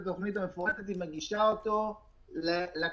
התוכנית המפורטת היא מגישה אותו לכנסת.